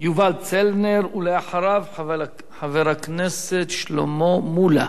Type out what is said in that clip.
יובל צלנר, ולאחריו, חבר הכנסת שלמה מולה.